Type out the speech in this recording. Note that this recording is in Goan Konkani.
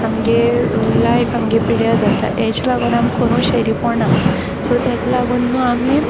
आमगे लायफ आमगे पेड्यार जाता एज लागोन आमक कोरूं शिरी पोडना सो तेक लागून न्हू आमी